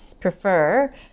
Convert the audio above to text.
prefer